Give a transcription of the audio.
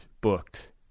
booked